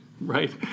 right